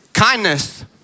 Kindness